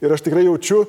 ir aš tikrai jaučiu